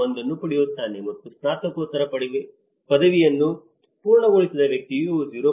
1 ಅನ್ನು ಪಡೆಯುತ್ತಾನೆ ಮತ್ತು ಸ್ನಾತಕೋತ್ತರ ಪದವಿಯನ್ನು ಪೂರ್ಣಗೊಳಿಸಿದ ವ್ಯಕ್ತಿಗಳು 0